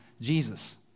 Jesus